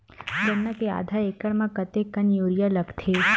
गन्ना के आधा एकड़ म कतेकन यूरिया लगथे?